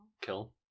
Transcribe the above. Kill